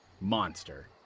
Monster